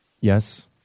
Yes